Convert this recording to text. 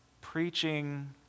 preaching